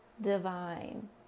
divine